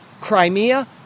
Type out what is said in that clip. Crimea